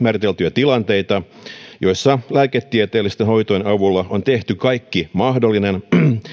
tilanteita joissa lääketieteellisten hoitojen avulla on tehty kaikki mahdollinen